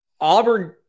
Auburn